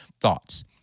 Thoughts